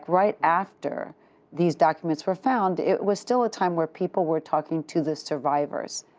right after these documents were found, it was still a time where people were talking to the survivors.